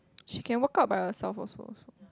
she can work out by herself also also